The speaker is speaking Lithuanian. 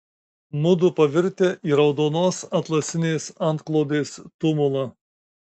mudu pavirtę į raudonos atlasinės antklodės tumulą